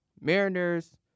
Mariners